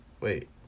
Wait